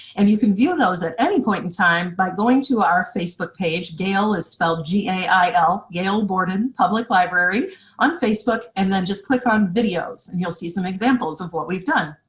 and you can view those at any point in time by going to our facebook page. gail is spelled g a i l, gail borden public library on facebook, and then just click on videos and you'll see some examples of what we've done.